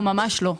ממש לא.